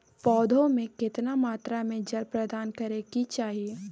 पौधों में केतना मात्रा में जल प्रदान करै के चाही?